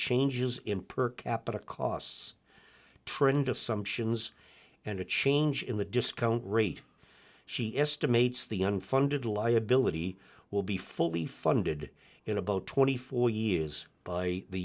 changes in per capita costs trend assumptions and a change in the discount rate she estimates the unfunded liability will be fully funded in about twenty four years by the